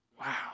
Wow